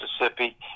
Mississippi